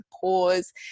pause